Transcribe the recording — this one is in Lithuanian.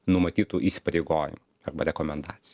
numatytų įsipareigojimų arba rekomendacijų